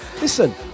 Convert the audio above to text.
Listen